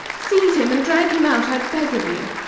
seize him and drag him out, i beg of you.